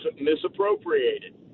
misappropriated